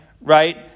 right